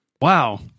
wow